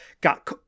got